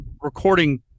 recording